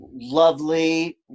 lovely